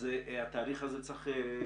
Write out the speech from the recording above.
אז התהליך הזה צריך להמשך.